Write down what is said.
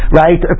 right